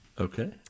Okay